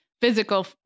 physical